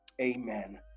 amen